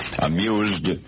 amused